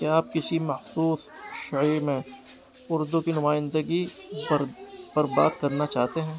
کیا آپ کسی مخصوص سعی میں اردو کی نمائندگی پر پر بات کرنا چاہتے ہیں